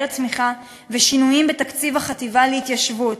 צמיחה ושינויים בתקציב החטיבה להתיישבות.